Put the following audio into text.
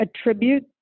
attribute